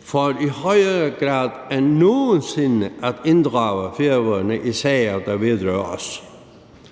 for i højere grad end nogen sinde at inddrage Færøerne i sager, der vedrører os.